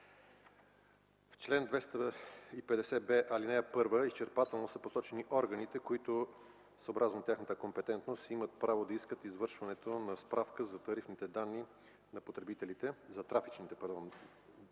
В чл. 250б, ал. 1 изчерпателно са посочени органите, които съобразно тяхната компетентност имат право да искат извършването на справка за трафичните данни на потребителите на електронни